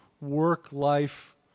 work-life